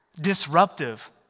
Disruptive